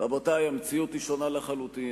רבותי, המציאות היא שונה לחלוטין.